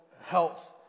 health